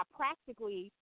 practically